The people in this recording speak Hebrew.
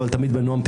אבל תמיד בנועם.